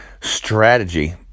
strategy